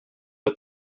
but